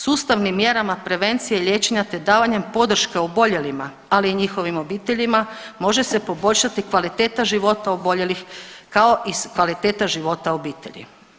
Sustavnim mjerama prevencije i liječenja te davanjem podrške oboljelima ali i njihovim obiteljima može se poboljšati kvaliteta života oboljelih kao i kvaliteta života obitelji.